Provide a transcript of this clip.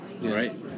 Right